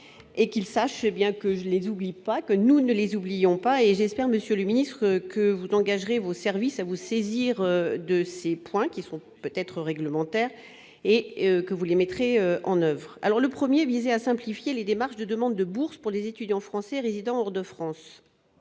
et qu'ils sachent bien que je les oublie pas que nous ne les oublions pas, et j'espère, Monsieur le Ministre, que vous engagerais vos services à vous saisir de ces points qui sont peut-être réglementaire et que vous les mettrez en oeuvre alors le 1er visait à simplifier les démarches de demandes de bourses pour les étudiants français résidant hors de France,